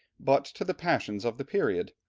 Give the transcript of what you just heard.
but to the passions of the period,